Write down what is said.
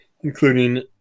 including